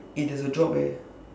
it has a job right